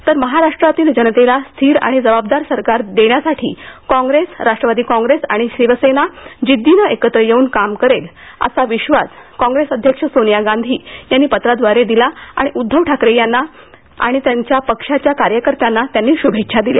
तर महाराष्ट्रातील जनतेला स्थिर आणि जबाबदार सरकार देण्यासाठी काँग्रेस राष्ट्रवादी काँग्रेस आणि शिवसेना जिद्दीनं एकत्र येऊन काम करेल असा विश्वास काँग्रेस अध्यक्ष सोनिया गांधी यांनी पत्रादवारे दिला आणि उद्धव ठाकरे यांच्या सह पक्षाच्या कार्यकर्त्यांना त्यांनी शुभेच्छा दिल्या